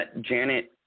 Janet